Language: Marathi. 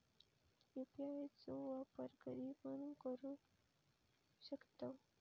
यू.पी.आय चो वापर कधीपण करू शकतव?